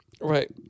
Right